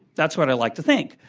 that's what i like to think.